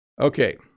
okay